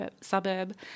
suburb